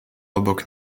obok